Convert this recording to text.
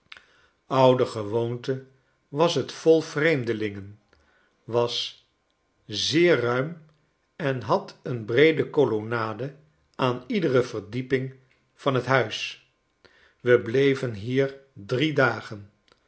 oudergewoonte was het vol vreemdelingen was zeer ruim en had een breede colonnade aan iedere verdieping van t huis we bleven hier drie dagen